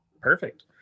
Perfect